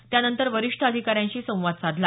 त्यानंतर वरिष्ठ अधिकाऱ्यांशी संवाद साधला